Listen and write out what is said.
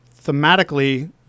thematically